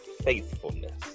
faithfulness